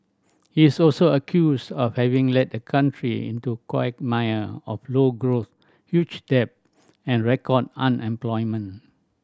he is also accused of having led the country into quagmire of low growth huge debt and record unemployment